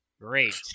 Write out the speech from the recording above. Great